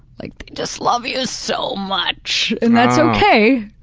like, they just love you so much, and that's okay,